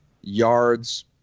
yards